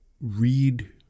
read